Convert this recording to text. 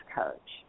coach